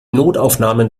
notaufnahmen